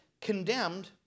condemned